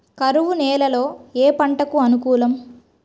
కరువు నేలలో ఏ పంటకు అనుకూలం?